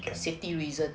safety reason